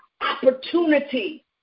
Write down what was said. opportunity